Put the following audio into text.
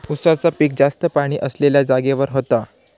उसाचा पिक जास्त पाणी असलेल्या जागेवर होता